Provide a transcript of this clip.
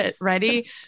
ready